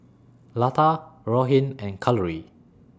Lata Rohit and Kalluri